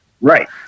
Right